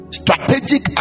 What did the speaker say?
strategic